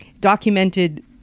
documented